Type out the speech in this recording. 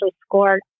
scored